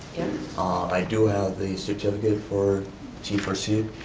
ah but i do have the certificate for t for c.